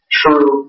true